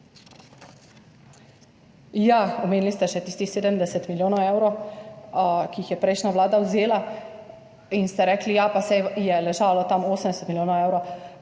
Omenili ste še tistih 70 milijonov evrov, ki jih je prejšnja vlada vzela, in ste rekli, ja pa saj je ležalo tam 80 milijonov evrov.